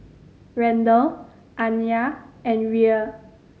Randel Anaya and Rhea